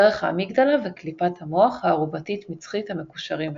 דרך האמיגדלה וקליפת המוח הארובתית-מצחית המקושרים אליו.